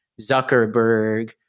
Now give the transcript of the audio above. Zuckerberg